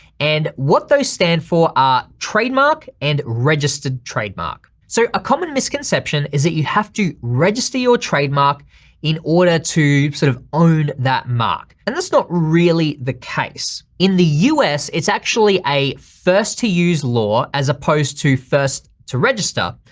and what those stand for are trademark and registered trademark. so a common misconception is that you have to register your trademark in order to sort of own that mark and that's not really the case. in the u s, it's actually a first to use law as opposed to first to register.